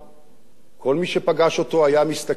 כל מי שפגש אותו היה מסתכל על אור עיניו.